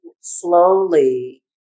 slowly